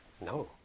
No